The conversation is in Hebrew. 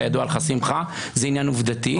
כידוע לך, שמחה, זה עניין עובדתי.